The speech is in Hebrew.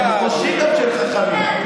הם חושבים שהם חכמים.